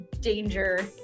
danger